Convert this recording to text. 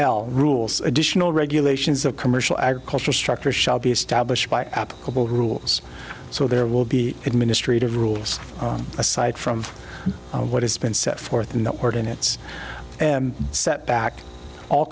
l rules additional regulations of commercial agriculture structure shall be established by applicable rules so there will be administrative rules aside from what has been set forth in the ordinance and set back all